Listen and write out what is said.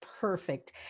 Perfect